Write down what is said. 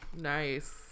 Nice